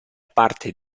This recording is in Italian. parte